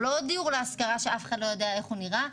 הוא לא דיור להשכרה שאף אחד לא יודע איך נראה,